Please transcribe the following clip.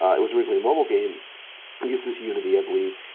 it was originally a mobile game. it uses unity, i believe.